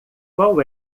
qual